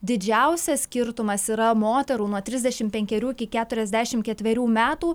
didžiausias skirtumas yra moterų nuo trisdešimt penkerių iki keturiasdešimt ketverių metų